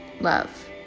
love